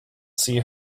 see